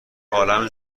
عالم